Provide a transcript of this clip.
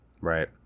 Right